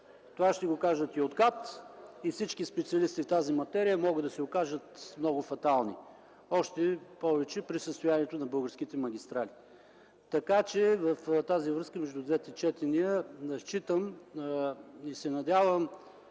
това ще го кажат и от КАТ, и всички специалисти в тази материя, могат да се окажат много фатални, още повече при състоянието на българските магистрали. Между двете четения считам и се надявам